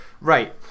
right